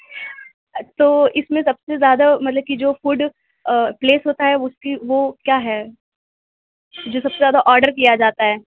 تو اس میں سب سے زیادہ مطلب کہ جو فوڈ پلیس ہوتا ہے اس کی وہ کیا ہے جو سب سے زیادہ آرڈر کیا جاتا ہے